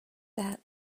that